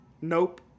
Nope